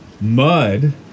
mud